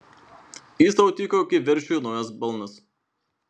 jis tau tiko kaip veršiui naujas balnas